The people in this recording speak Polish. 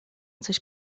coś